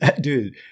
dude